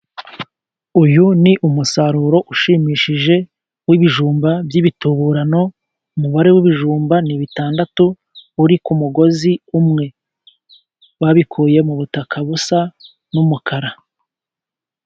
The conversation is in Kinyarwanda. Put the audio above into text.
Uyu ni umusaruro ushimishije w'ibijumba by'ibituburano. Umubare w'ibijumba ni bitandatu uri ku mugozi umwe, babikuye mu butaka busa n'umukara.